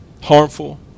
harmful